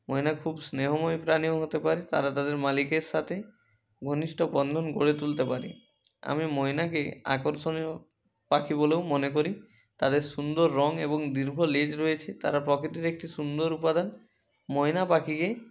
ময়না খুব স্নেহময় প্রাণীও হতে পারে তারা তাদের মালিকের সাথে ঘনিষ্ঠ বন্ধন গড়ে তুলতে পারে আমি ময়নাকে আকর্ষণীয় পাখি বলেও মনে করি তাদের সুন্দর রং এবং দীর্ঘ লেজ রয়েছে তারা প্রকৃতির একটি সুন্দর উপাদান ময়না পাখিকে